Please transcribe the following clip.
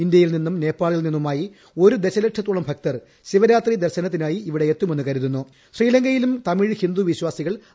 ഇന്ത്യയിൽ നിന്നും നേപ്പാളിൽ നിന്നുമായി ഒരു ദശലക്ഷത്തോളം ഭക്തർ മഹാശിവരാത്രി ദർശനത്തിനായി ഇവിടെ എത്തുമെന്ന് ശ്രീലങ്കയിലും തമിഴ് ഹിന്ദു വിശ്വാസികൾ കരുതുന്നു